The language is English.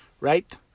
right